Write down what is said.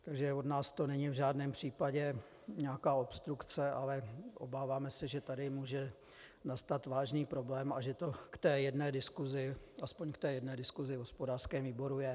Takže od nás to není v žádném případě nějaká obstrukce, ale obáváme se, že tady může nastat vážný problém a že to k té jedné diskusi, aspoň k té jedné diskusi, v hospodářském výboru je.